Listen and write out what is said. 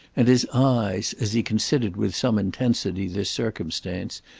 and his eyes, as he considered with some intensity this circumstance,